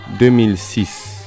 2006